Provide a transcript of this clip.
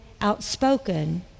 outspoken